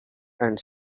and